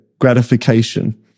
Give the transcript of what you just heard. gratification